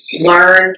learn